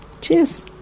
Cheers